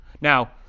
Now